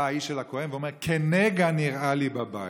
בא האיש אל הכהן ואומר: "כנגע נראה לי בבית".